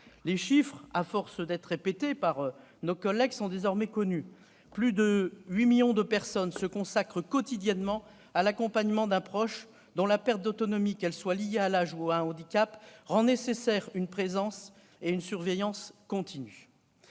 un sujet à part entière. Les chiffres sont désormais connus : plus de 8 millions de personnes se consacrent quotidiennement à l'accompagnement d'un proche, dont la perte d'autonomie, qu'elle soit liée à l'âge ou à un handicap, rend nécessaires une présence et une surveillance continues.